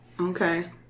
Okay